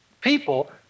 People